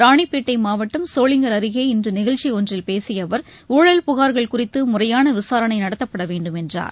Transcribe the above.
ராணிப்பேட்டை மாவட்டம் சோளிங்கர் அருகே இன்று நிகழ்ச்சி ஒன்றில் பேசிய அவர் ஊழல் புகார்கள் குறித்து முறையான விசாரணை நடத்தப்பட வேண்டும் என்றார்